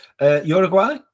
Uruguay